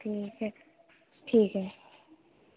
ٹھیک ہے ٹھیک ہے